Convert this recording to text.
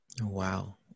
Wow